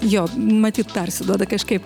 jo matyt persiduoda kažkaip